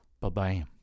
Bye-bye